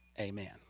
Amen